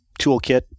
toolkit